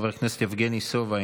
חבר הכנסת יבגני סובה,